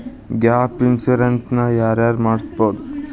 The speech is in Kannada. ಗ್ಯಾಪ್ ಇನ್ಸುರೆನ್ಸ್ ನ ಯಾರ್ ಯಾರ್ ಮಡ್ಸ್ಬೊದು?